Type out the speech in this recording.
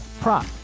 prop